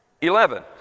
Eleven